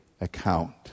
account